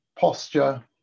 posture